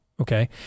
Okay